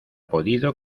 podido